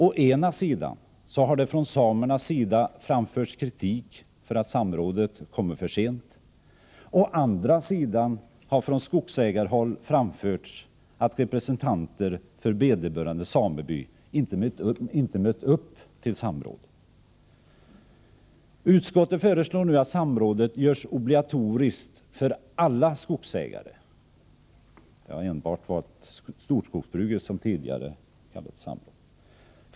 Å ena sidan har från samernas sida framförts kritik för att samrådet kommer för sent. Å andra sidan har från skogsägarhåll framförts att representanter för vederbörande sameby inte mött upp till samråd. Utskottet föreslår att samrådet görs obligatoriskt för alla skogsägare — det har tidigare enbart varit det för storskogsbruket.